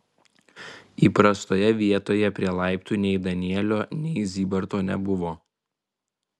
įprastoje vietoje prie laiptų nei danielio nei zybarto nebuvo